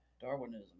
Darwinism